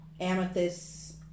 amethyst